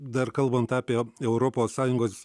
dar kalbant apie europos sąjungos